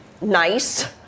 nice